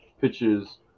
pitches